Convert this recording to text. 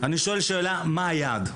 מה היעד?